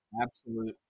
absolute